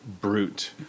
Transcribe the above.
Brute